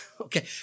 Okay